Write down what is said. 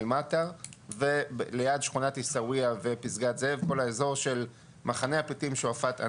עטר וליד שכונות עיסאוויה כל האזור של מחנה הפליטים שועפט.